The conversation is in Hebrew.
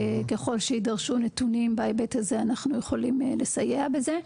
ככל שיידרשו נתונים בהיבט הזה אנחנו יכולים לסייע בזה.